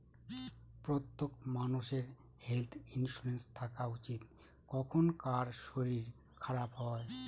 প্রত্যেক মানষের health insurance থাকা উচিত, কখন কার শরীর খারাপ হয়